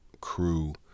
crew